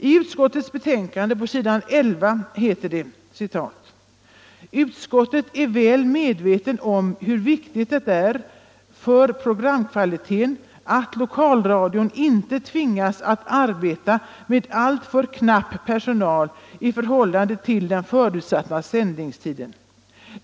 I utskottets betänkande på s. 11 och 12 står det följande: ”Utskottet är väl medvetet om hur viktigt det är för programkvaliteten att lokalradion inte tvingas att arbeta med alltför knapp personal i förhållande till den förutsatta sändningstiden.